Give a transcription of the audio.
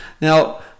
Now